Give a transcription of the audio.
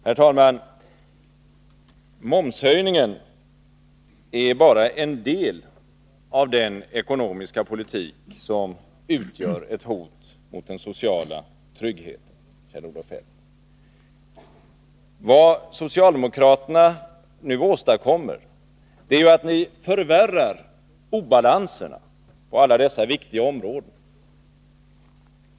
Herr talman! Momshöjningen är bara en del av den ekonomiska politik som utgör ett hot mot den sociala tryggheten, Kjell-Olof Feldt. Vad ni socialdemokrater nu åstadkommer är ju att ni förvärrar obalansen på alla dessa viktiga områden.